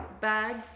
bags